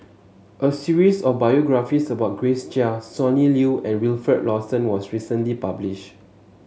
a series of biographies about Grace Chia Sonny Liew and Wilfed Lawson was recently published